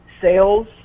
sales